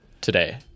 today